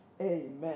Amen